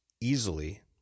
easily